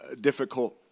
difficult